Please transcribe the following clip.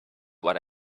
what